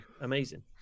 amazing